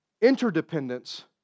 interdependence